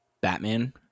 Batman